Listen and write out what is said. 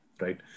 right